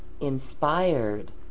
inspired